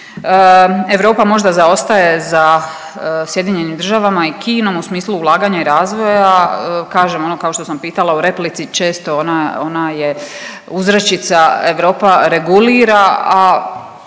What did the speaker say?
Europa možda zaostaje za Sjedinjenim državama i Kinom u smislu ulaganja i razvoja, kažem ono kao što sam pitala u replici, često ona, ona je uzrečica Europa regulira,